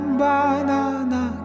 banana